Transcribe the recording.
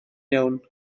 iawn